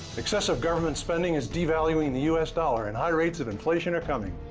excessive government spending is devaluing the us dollar, and high rates of inflation are coming.